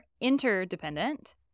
interdependent